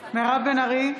מירב בן ארי,